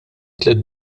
tliet